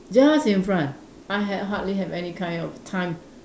just in front I have hardly have any kind of time